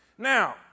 Now